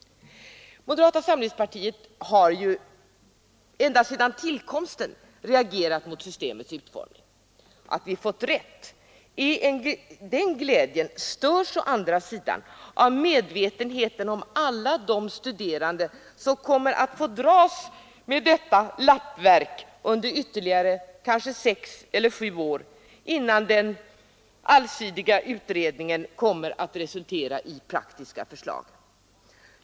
Moderata samlingspartiet har ju ända sedan tillkomsten av systemet reagerat mot dess utformning. Glädjen över att vi fått rätt störs emellertid av medvetenheten om alla de studerande som kommer att få dras med detta lappverk under ytterligare kanske sex eller sju år, innan den allsidiga utredningen kommer att resultera i praktiska förslag.